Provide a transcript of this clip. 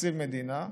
בתקציב מדינה,